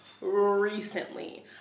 recently